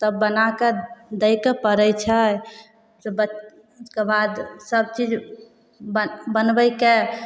सभ बनाकऽ दैके पड़ै छै सबके बाद सबचीज ब बनबैके